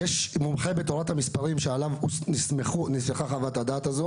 יש מומחה בתורת המספרים שעליו נסמכה חוות הדעת,